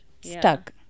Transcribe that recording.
stuck